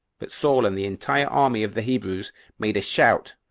but saul and the entire army of the hebrews made a shout,